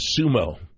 sumo